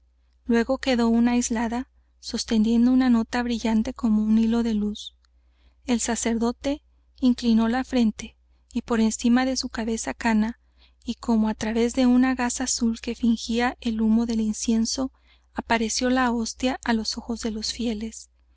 luego quedó una aislada sosteniendo una nota brillante como un hilo de luz el sacerdote inclinó la frente y por encima de su cabeza cana y como á través de una gasa azul que fingía el humo del incienso apareció la hostia á los ojos de los fieles